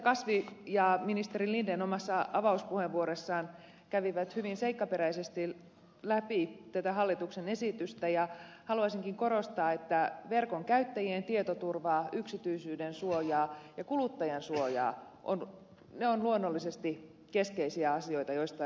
kasvi ja ministeri linden omassa avauspuheenvuorossaan kävivät hyvin seikkaperäisesti läpi tätä hallituksen esitystä ja haluaisinkin korostaa että verkon käyttäjien tietoturva yksityisyydensuoja ja kuluttajansuoja ovat luonnollisesti keskeisiä asioita joista on huolehdittava